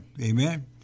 Amen